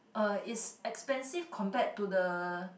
uh it's expensive compared to the